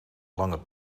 lange